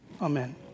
Amen